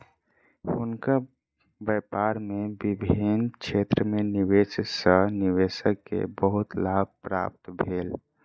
हुनकर व्यापार में विभिन्न क्षेत्र में निवेश सॅ निवेशक के बहुत लाभ प्राप्त भेल